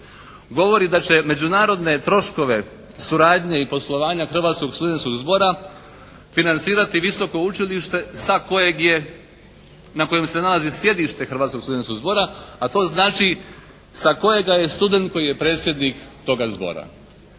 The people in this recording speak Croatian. govori da će međunarodne troškove suradnje i poslovanja Hrvatskog studentskog zbora financirati visoko učilište sa kojeg je, na kojem se nalazi sjedište Hrvatskog studentskog zbora, a to znači sa kojega je student koji je predsjednik toga zbora.